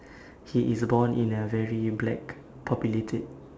he is born in a very black populated